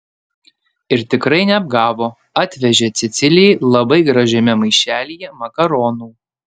ir tikrai neapgavo atvežė cecilijai labai gražiame maišelyje makaronų